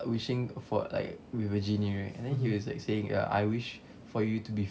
wishing for like with a genie right then he was like saying ya I wish for you to be